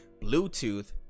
Bluetooth